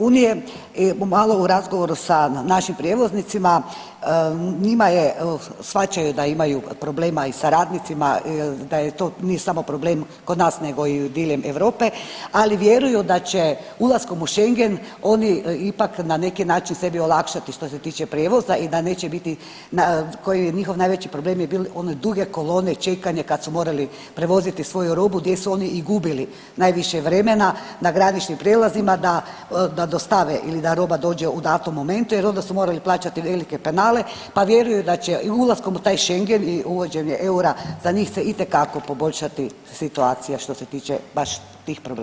U malo u razgovoru sa našim prijevoznicima, njima je, shvaćaju da imaju problema sa radnicima, da je to, nije samo problem kod nas nego i diljem Europe, ali vjeruju da će ulaskom u Schengen oni ipak na neki način sebi olakšati što se tiče prijevoza i da neće biti, koji je njihov najveći problem je bio onaj duge kolone, čekanje, kad su morali prevoziti svoju robu, gdje su oni i gubili najviše vremena, na graničnim prijelazima da dostave ili da roba dođe u datom momentu jer onda su morali plaćati velike penale pa vjeruju da će i ulaskom u taj Schengen i uvođenje eura za njih se itekako poboljšati situacija što se tiče baš tih problema.